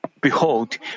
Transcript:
Behold